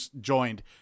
joined